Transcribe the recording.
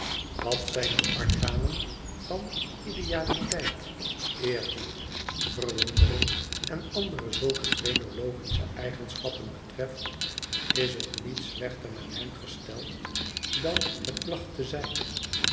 wat zijne organen van idealiteit eerbied verwondering en andere zulke phrenologische eigenschappen betreft is het niet slechter met hem gesteld dan het placht te zijn